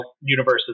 universes